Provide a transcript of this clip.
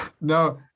No